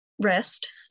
rest